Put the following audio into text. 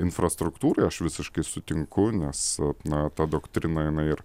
infrastruktūrai aš visiškai sutinku nes na ta doktrina ir